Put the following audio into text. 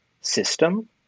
system